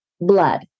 blood